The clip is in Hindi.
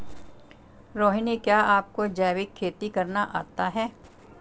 रोहिणी, क्या आपको जैविक खेती करना आता है?